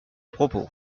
propos